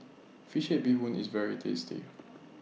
Fish Head Bee Hoon IS very tasty